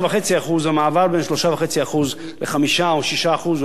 המעבר בין 3.5% ל-5% או 6% הוא הרבה יותר קל,